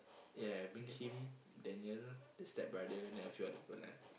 ya bring him Daniel the stepbrother then a few other people ah